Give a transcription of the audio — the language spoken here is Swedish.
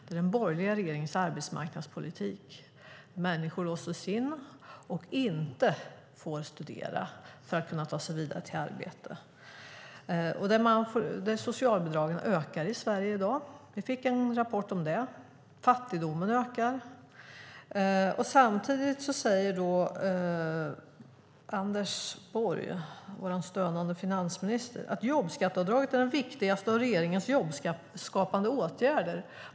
Det är den borgerliga regeringens arbetsmarknadspolitik där människor låses in och inte får studera för att kunna ta sig vidare till arbete. Socialbidragen ökar i dag i Sverige. Vi fick en rapport om det. Fattigdomen ökar. Samtidigt säger Anders Borg, vår stönande finansminister, att jobbskatteavdraget är den viktigaste av regeringens jobbskapande åtgärder.